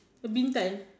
a Bintan